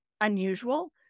unusual